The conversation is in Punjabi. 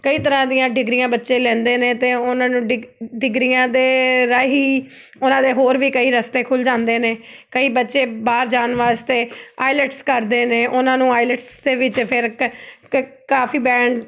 ਕਈ ਤਰ੍ਹਾਂ ਦੀਆਂ ਡਿਗਰੀਆਂ ਬੱਚੇ ਲੈਂਦੇ ਨੇ ਅਤੇ ਉਹਨਾਂ ਨੂੰ ਡਿਗ ਡਿਗਰੀਆਂ ਦੇ ਰਾਹੀਂ ਉਹਨਾਂ ਦੇ ਹੋਰ ਵੀ ਕਈ ਰਸਤੇ ਖੁੱਲ੍ਹ ਜਾਂਦੇ ਨੇ ਕਈ ਬੱਚੇ ਬਾਹਰ ਜਾਣ ਵਾਸਤੇ ਆਈਲੈਟਸ ਕਰਦੇ ਨੇ ਉਹਨਾਂ ਨੂੰ ਆਈਲੈਟਸ ਦੇ ਵਿੱਚ ਫਿਰ ਕ ਕ ਕਾਫੀ ਬੈਂਡ